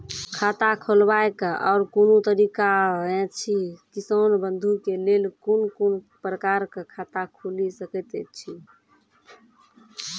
खाता खोलवाक आर कूनू तरीका ऐछि, किसान बंधु के लेल कून कून प्रकारक खाता खूलि सकैत ऐछि?